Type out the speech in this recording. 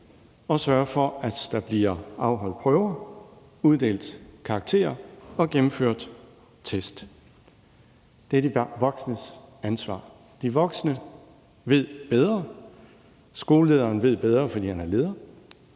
og sørge for, at der bliver afholdt prøver, uddelt karakterer og gennemført test. Det er de voksnes ansvar. De voksne ved bedre. Skolelederen ved bedre, fordi han er leder.